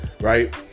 Right